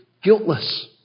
guiltless